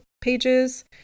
pages